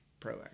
proactive